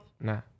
Nah